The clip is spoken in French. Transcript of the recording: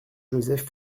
joseph